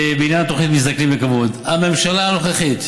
בעניין התוכנית מזדקנים בכבוד, הממשלה הנוכחית